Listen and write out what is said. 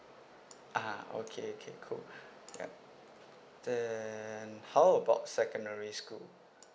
(uh huh) okay okay cool ya then how about secondary school